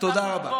תודה רבה.